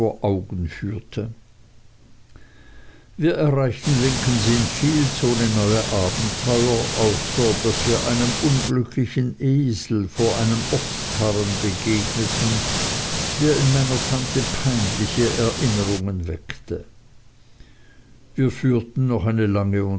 augen führte wir erreichten lincolns inns fields ohne neue abenteuer außer daß wir einem unglücklichen esel vor einem obstkarren begegneten der in meiner tante peinliche erinnerungen erweckte wir führten noch eine lange